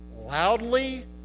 loudly